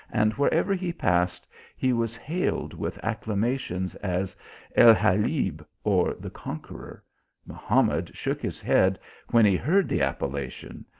and wherever he passed he was hailed with acclamations, as el galib, or the conqueror mahamad shook his head when he heard the appellation,